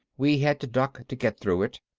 we had to duck to get through it.